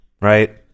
right